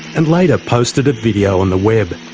and later posted a video on the web.